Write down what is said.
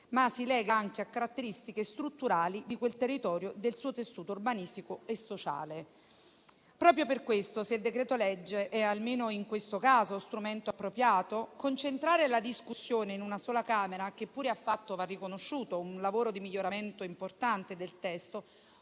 ma si lega anche a caratteristiche strutturali di quel territorio e del suo tessuto urbanistico e sociale. Proprio per questo, se il decreto-legge è, almeno in questo caso, strumento appropriato, concentrare la discussione in una sola Camera, che pure ha fatto - va riconosciuto - un lavoro di miglioramento importante del testo,